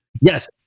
Yes